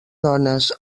dones